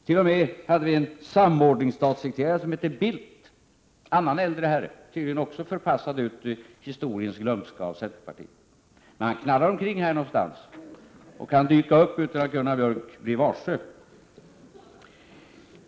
Vi hade t.o.m. en samordningsstatssekreterare som hette Bildt — en annan äldre herre som tydligen också är förpassad ut i historiens glömska av centerpartiet. Men han knallar omkring här någonstans och kan dyka upp utan att Gunnar Björk blir varse.